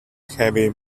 heavy